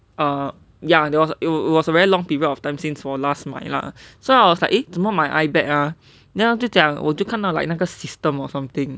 then uh ya there was it was a very long period of time since 我 last 买 lah so I was like eh 怎么买 I bet ah then 他就讲我就看到 like 那个 system or something